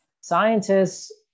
scientists